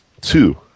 two